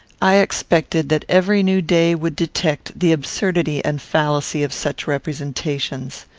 i expected that every new day would detect the absurdity and fallacy of such representations.